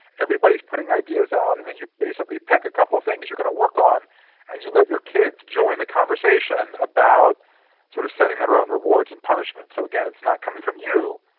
everybody is putting ideas out and then you basically pick a couple of things you are going to work on and you let your kids join the conversation about sort of setting their own rewards and punishments. so, again it's not coming from you,